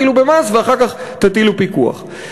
אבל אל תתחילו במס ואחר כך תטילו פיקוח.